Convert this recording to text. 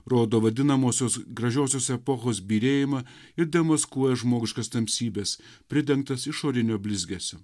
rodo vadinamosios gražiosios epochos byrėjimą ir demaskuoja žmogiškas tamsybes pridengtas išorinio blizgesio